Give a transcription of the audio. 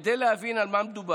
כדי להבין על מה מדובר,